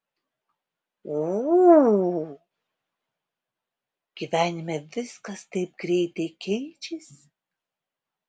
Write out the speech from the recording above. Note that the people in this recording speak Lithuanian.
ū gyvenime viskas taip greitai keičiasi